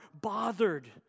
bothered